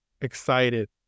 excited